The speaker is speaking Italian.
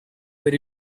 per